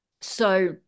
So-